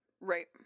Right